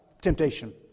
temptation